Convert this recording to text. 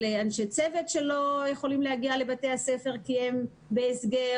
אנשי צוות שלא יכולים להגיע לבית הספר בגלל שהם בהסגר,